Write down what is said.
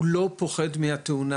הוא לא פוחד מהתאונה,